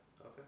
Okay